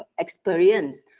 ah experience.